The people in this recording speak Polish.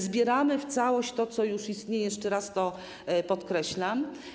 Zbieramy w całość to, co już istnieje - jeszcze raz to podkreślam.